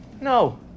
No